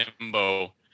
limbo